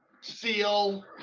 Seal